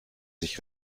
sich